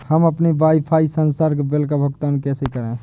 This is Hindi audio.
हम अपने वाईफाई संसर्ग बिल का भुगतान कैसे करें?